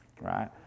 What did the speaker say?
Right